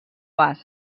bas